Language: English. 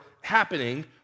happening